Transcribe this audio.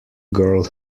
girl